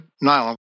nylon